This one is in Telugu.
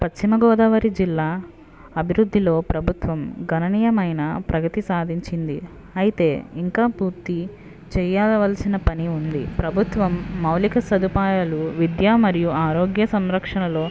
పశ్చిమగోదావరి జిల్లా అభివృద్ధిలో ప్రభుత్వం గణనీయమైన ప్రగతి సాధించింది అయితే ఇంకా పూర్తి చేయాల్సిన పని ఉంది ప్రభుత్వం మౌలిక సదుపాయాలు విద్యా మరియు ఆరోగ్య సంరక్షణలో